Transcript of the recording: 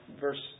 verse